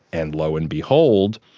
and lo and behold,